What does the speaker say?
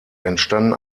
entstanden